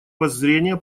воззрения